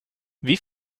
wie